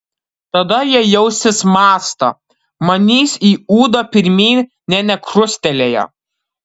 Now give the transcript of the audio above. tada jie jausis mąstą manys į ūdą pirmyn nė nekrustelėję